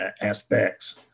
aspects